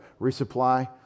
resupply